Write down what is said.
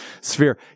Sphere